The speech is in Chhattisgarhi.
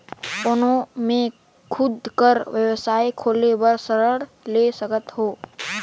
कौन मैं खुद कर व्यवसाय खोले बर ऋण ले सकत हो?